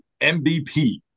MVP